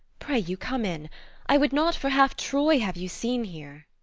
pray you come in i would not for half troy have you seen here.